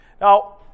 Now